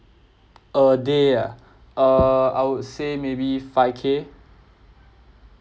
a day ah err I would say maybe five K